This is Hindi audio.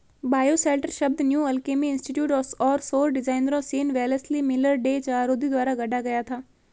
बायोशेल्टर शब्द न्यू अल्केमी इंस्टीट्यूट और सौर डिजाइनरों Sean Wellesley Miller, Day Chahroudi द्वारा गढ़ा गया था